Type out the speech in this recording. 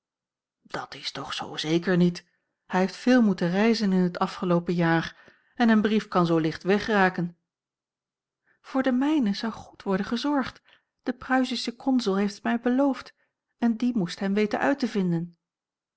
dat is toch zoo zeker niet hij heeft veel moeten reizen in het afgeloopen jaar en een brief kan zoo licht wegraken voor den mijnen zou goed worden gezorgd de pruisische consul heeft het mij beloofd en die moest hem weten uit te vinden